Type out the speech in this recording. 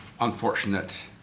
unfortunate